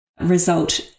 result